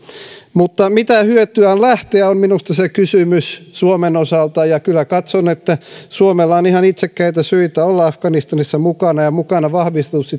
mutta mitä hyötyä on lähteä on minusta se kysymys suomen osalta ja kyllä katson että suomella on ihan itsekkäitä syitä olla afganistanissa mukana ja mukana vahvistuksena